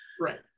Right